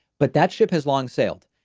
but that ship has long sailed.